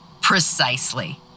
Precisely